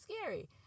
scary